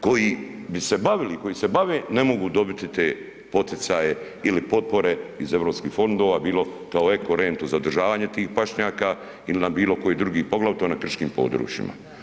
koji bi se bavili i koji se bave ne mogu dobiti te poticaje ili potpore iz europskih fondova, bilo kao eko rentu za održavanje tih pašnjaka ili na bilo koji drugi, poglavito na krškim područjima.